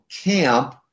camp